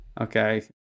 Okay